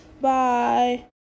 Bye